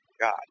God